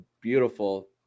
beautiful